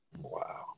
Wow